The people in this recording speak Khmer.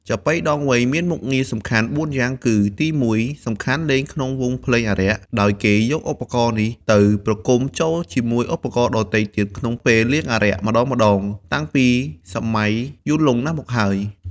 ចាប៉ីដងវែងមានមុខងារសំខាន់ ៤យ៉ាងគឺ ទី១ សំខាន់លេងក្នុងវង់ភ្លេងអារក្ស ដោយគេយកឧបករណ៍នេះទៅប្រគំចូលជាមួយឧបករណ៍ដទៃទៀតក្នុងពេលលៀងអារក្សម្ដងៗ តាំងពីសម័យយូរលង់ណាស់មកហើយ។